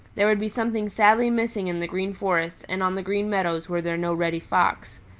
there would be something sadly missing in the green forest and on the green meadows were there no reddy fox.